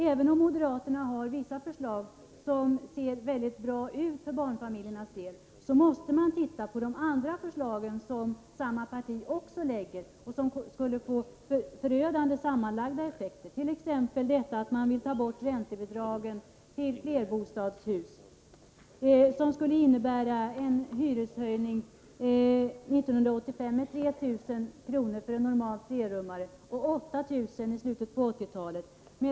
Även om moderaterna har vissa förslag som ser mycket bra ut för barnfamiljerna, måste man se på de andra förslag som samma parti också lägger fram, och som skulle få förödande sammanlagda effekter — jag kan som exempel nämna att moderaterna vill ta bort räntebidragen till flerbostadshus, vilket skulle innebära en hyreshöjning med 3 000 kr. för en normal trerummare år 1985 och 8 000 kr. i slutet av 1980-talet.